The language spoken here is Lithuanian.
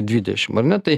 dvidešim ar ne tai